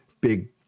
big